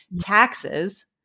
taxes